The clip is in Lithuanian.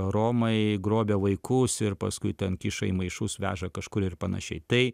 romai grobia vaikus ir paskui ten kiša į maišus veža kažkur ir panašiai tai